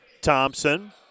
Thompson